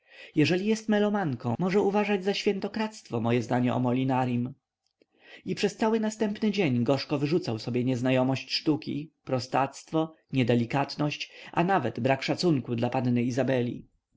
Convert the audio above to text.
jeżeli jest melomanką może uważać za świętokradztwo moje zdanie o molinarim i przez cały następny dzień gorzko wyrzucał sobie nieznajomość sztuki prostactwo niedelikatność a nawet brak szacunku dla panny izabeli